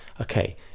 okay